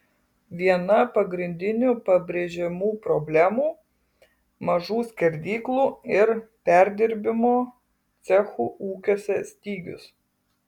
viena pagrindinių pabrėžiamų problemų mažų skerdyklų ir perdirbimo cechų ūkiuose stygius